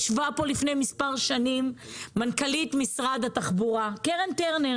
ישבה פה לפני מספר שנים מנכ"לית משרד התחבורה קרן טרנר